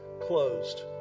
closed